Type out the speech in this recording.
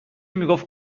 میگفت